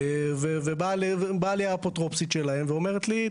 ובאה אליי האפוטרופוסית שלהם ואומרת לי,